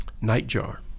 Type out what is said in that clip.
Nightjar